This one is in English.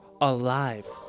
alive